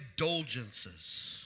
indulgences